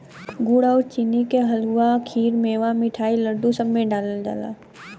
गुड़ आउर चीनी के हलुआ, खीर, मेवा, मिठाई, लड्डू, सब में डालल जाला